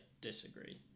disagree